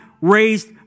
raised